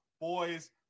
Boys